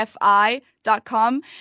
fi.com